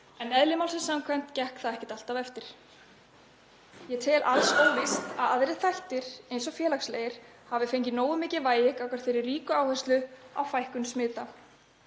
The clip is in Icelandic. en eðli málsins samkvæmt gekk það ekki alltaf eftir. Ég tel alls óvíst að aðrir þættir eins og félagslegir þættir hafi fengið nógu mikið vægi gagnvart hinni ríku áherslu á fækkun smita.